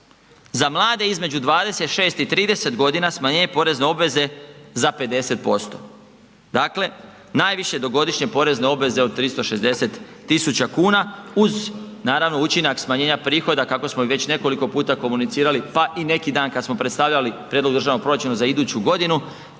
za mlade između 26 i 30.g. smanjenje porezne obveze za 50%, dakle najviše do godišnje porezne obveze od 360.000,00 kn uz naravno učinak smanjenja prihoda kako smo ih već nekoliko puta komunicirali, pa i neki dan kad smo predstavljali prijedlog državnog proračuna za iduću godinu